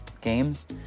games